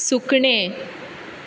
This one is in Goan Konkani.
सुकणें